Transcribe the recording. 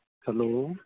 hello